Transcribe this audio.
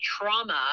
trauma